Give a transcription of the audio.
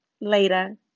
later